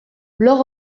blog